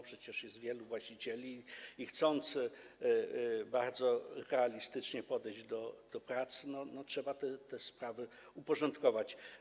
Przecież jest wielu właścicieli i chcąc bardzo realistycznie podejść do pracy, trzeba te sprawy uporządkować.